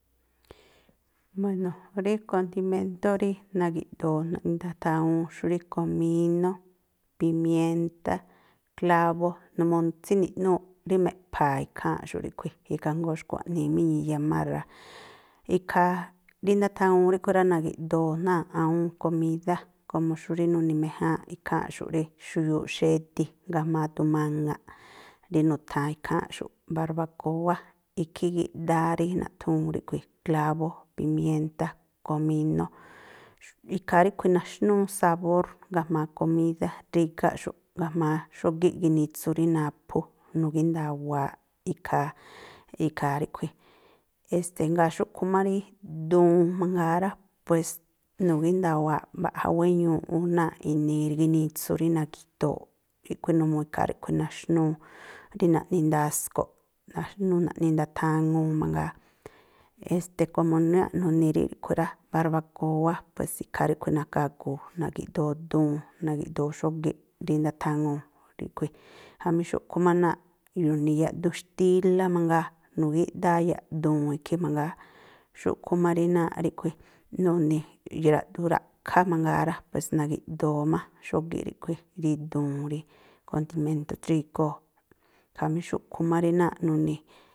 Buéno̱, rí kondiméntó rí nagi̱ꞌdoo naꞌni ndathaŋuu xú rí komínó, pimiéntá, klábó, numuu tsíni̱ꞌnúúꞌ rí meꞌpha̱a̱ ikháa̱nꞌxu̱ꞌ ríꞌkhui̱. Ikhaa jngóó xkua̱ꞌnii má i̱ñi̱i yamár rá. Ikhaa rí ndathaŋuu ríꞌkhui̱ rá, nagi̱ꞌdoo náa̱ꞌ awúún komídá komo xú rí nu̱ni̱méjáánꞌ ikháa̱nꞌxu̱ꞌ rí xuyuuꞌ xedi̱, ga̱jma̱a duun maŋa̱ꞌ, rí nu̱tha̱an ikháa̱nꞌxu̱ barbakóá. Ikhí i̱gíꞌdáá rí naꞌthúún ríꞌkhui̱, klábó, pimiéntá, komínó. Ikhaa ríꞌkhui̱ naxnúú sabór ga̱jma̱a komídá drígáꞌxu̱ꞌ, ga̱jma̱a xógíꞌ ginitsu rí naphú. Nu̱gínda̱wa̱aꞌ ikhaa, ikhaa ríꞌkhui̱. Este jngáa̱ xúꞌkhui̱ má rí duun mangaa rá, pues nu̱gínda̱wa̱aꞌ mbaꞌja wéñuuꞌ ú náa̱ꞌ inii ginitsu rí nagi̱do̱o̱ꞌ ríꞌkhui̱. Numuu ikhaa ríꞌkhui̱ naxnúú rí naꞌni ndasko̱ꞌ, naxnúú naꞌni ndathaŋuu mangaa. Este komo náa̱ꞌ nu̱ni̱ rí ríꞌkhui̱ rá, barbakóá, pues ikhaa ríꞌkhui̱ na̱kagu̱u̱, nagi̱ꞌdoo duun, nagi̱ꞌdoo xógíꞌ rí ndathaŋuu ríꞌkhui̱. Jamí xúꞌkhui̱ má náa̱ nu̱ni̱ yaꞌduun xtílá mangaa, nu̱gíꞌdáá yaꞌduun ikhí mangaa. Xúꞌkhui̱ má rí náa̱ꞌ ríꞌkhui̱ nu̱ni̱ yaꞌduun ra̱ꞌkhá mangaa rá, pues nagi̱ꞌdoo má xógíꞌ ríꞌkhui̱, rí duun rí, kondiméntú drígóo̱. Khamí xúꞌkhui̱ má rí náa̱ꞌ nu̱ni̱.